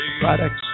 products